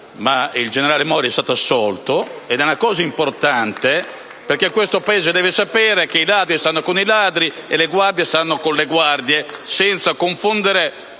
il generale Mori è stato assolto. *(Applausi dal Gruppo PdL)*. È una cosa importante, perché questo Paese deve sapere che i ladri stanno con i ladri e le guardie stanno con le guardie, senza confondere